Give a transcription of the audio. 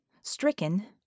Stricken